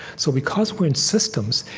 so because we're in systems,